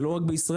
זה לא רק בישראל,